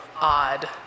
odd